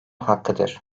hakkıdır